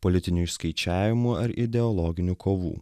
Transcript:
politinių išskaičiavimų ar ideologinių kovų